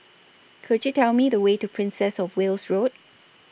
Could YOU Tell Me The Way to Princess of Wales Road